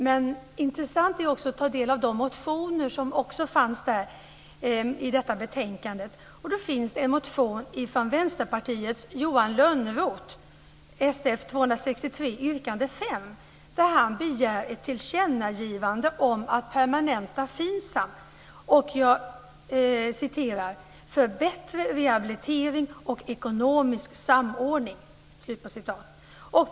Det är också intressant att ta del av de motioner som behandlades i detta betänkande. Det fanns en motion från Vänsterpartiets Johan Lönnroth - Sf263, yrkande 5 - där han begär ett tillkännagivande om en permanentning av FINSAM "för bättre rehabilitering och ekonomisk samordning".